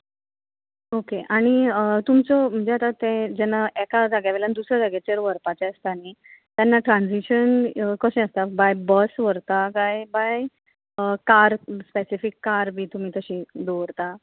okay आनी तुमचो म्हणजे आतां तें जेन्ना एका जाग्या वेल्यान दुसऱ्या जाग्याचेर व्हरपाचें आसता न्ही तेन्ना ट्रांजीशन कशें आसता बाय बस व्हरता or by car specific car बी तुमी तशी दवरता